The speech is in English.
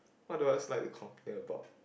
what do I like to complain about